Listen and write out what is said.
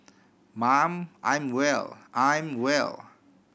mum I'm well I'm well